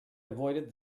avoided